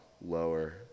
lower